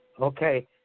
Okay